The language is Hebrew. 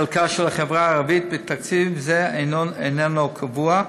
חלקה של החברה הערבית בתקציב זה איננו קבוע,